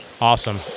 awesome